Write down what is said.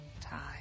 time